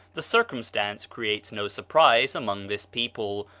the circumstance creates no surprise among this people,